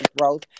growth